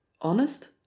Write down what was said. Honest